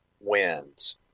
wins